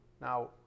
Now